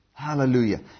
Hallelujah